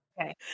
Okay